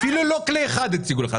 אפילו לא כלי אחד הציגו לך.